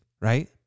right